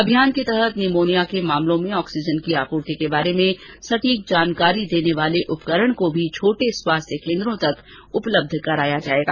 अभियान के तहत न्यूमोनिया के मामलों में आक्सीजन की आपूर्ति के बारे में सटीक जानकारी देने वाले उपकरण को भी छोटे स्वास्थ्य केन्द्रों तक उपलब्ध कराया जाएगा